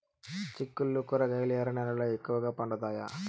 చిక్కుళ్లు కూరగాయలు ఎర్ర నేలల్లో ఎక్కువగా పండుతాయా